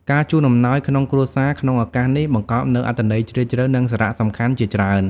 ការជូនអំណោយក្នុងគ្រួសារក្នុងឱកាសនេះបង្កប់នូវអត្ថន័យជ្រាលជ្រៅ និងសារៈសំខាន់ជាច្រើន។